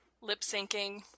lip-syncing